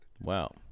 Wow